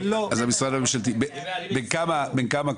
אז המשרד הממשלתי, בן כמה כבודו?